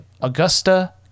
Augusta